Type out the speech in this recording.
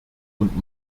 und